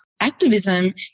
Activism